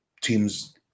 teams